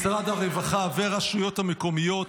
משרד הרווחה והרשויות המקומיות.